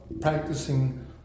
practicing